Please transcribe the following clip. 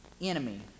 enemy